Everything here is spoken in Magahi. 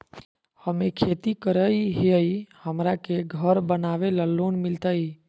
हमे खेती करई हियई, हमरा के घर बनावे ल लोन मिलतई?